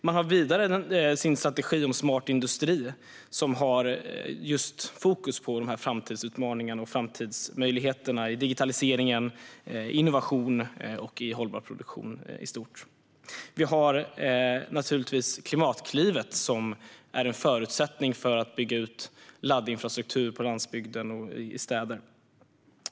Vidare har man strategin Smart industri, som har fokus på framtidens utmaningar och möjligheter: digitalisering, innovation och hållbar produktion i stort. Vi har naturligtvis Klimatklivet, som är en förutsättning för att bygga ut laddinfrastruktur på landsbygden och i städer.